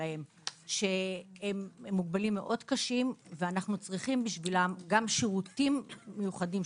שהם מוגבלים מאוד קשים ואנו צריכים בשבילם גם שירותים מיוחדים,